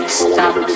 stop